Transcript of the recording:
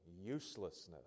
uselessness